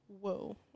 whoa